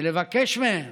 ולבקש מהם